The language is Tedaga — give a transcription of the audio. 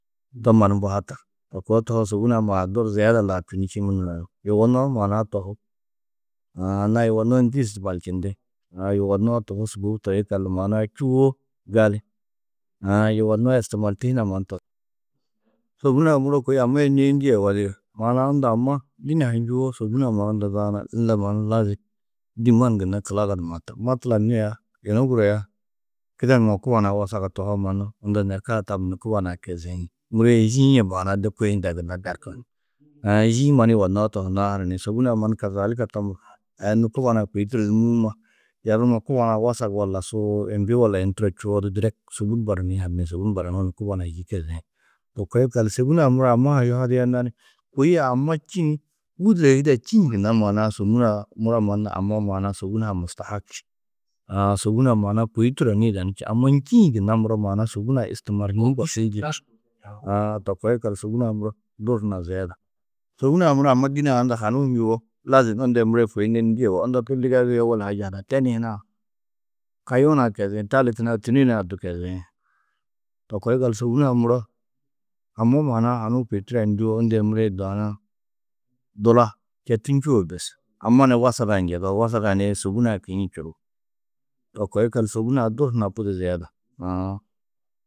To mannu mbo hatar. To koo tohoo, sôbun-ã maa dòor ziyeda laabčinî čîĩ munumo nuũ. Yugonnoó maana-ã tohú. Aã anna-ã yugonnoó ndû istimaalčindi? Aã yugonnoó tobus sûbou toi yikallu maana-ã čûwo gali. Aã yugonnoó istimaalti hunã to. Sôbun-ã muro kôi amma yê nêyindie yugó dige. Maana-ã unda amma dîne-ã ha njûwo sôbun-ã mannu unda Unda mannu lazim dîimannu gunna kulagaa numaa tam. Matlan nû aya: Yunu guru aya kideŋuũ kuba nuã wasaga tohoo mannu, unda nerkaa tam ni kuba nuã keziĩ. Muro yê yî-ĩ yê maana-ã de kôe hundɑ͂ gunna Áã yî-ĩ mannu yugonnoó tohunnãá hananiĩn? Sôbun-ã mannu kazaalika, to muro. Aya nû kuba nuã kôi turo du mûuma, yerruma kuba nuã wasag walla suu, imbi walla yunu turo čûwo, odu direk sôbun baraniĩ hananiiĩn? Sôbun baranuũ ni kuba nuã yî keziĩ. To koo yikallu, sôbun-ã muro amma ha yuhadia nani: Kôi a amma čîĩ wûdure yida čîĩ gunna maana-ã sôbun-ã muro mannu amma maana-ã sôbun-ã mustahak či. Aã sôbun-ã maana-ã kôi turonnu yidanú či. Amma njîĩ gunna muro maana-ã sôbun-ã istimaalnîĩ borsu njî. Aã to koo yikallu sôbun-ã muro dôor hunã ziyeda. Sôbun-ã muro amma dîne-ã ha hanuũ njûwo, lazim unda yê muro yê kôi nêndindie yugó. Unda du ndigezi, owol haya hunã. Teni-ĩ hunã kayuã nuã keziĩ. Talit hunã tûne nuã du keziĩ. To koo yikallu sôbun-ã muro, amma maana-ã hanuũ kôi turoa njûwo unda yê muro yê dula četu njûo bes. Amma ni wasag-ã njedoo, wasag-ã nii sôbun-ã kinni čuruú. To koo yikallu sôbun-ã dôor hunã budi ziyeda. Aã.